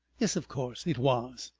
yes, of course it was.